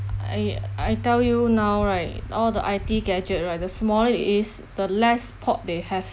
I I tell you now right all the I_T gadget right the smaller it is the less port they have